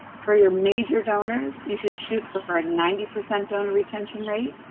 for your major donors, you should shoot for for a ninety percent donor retention rate.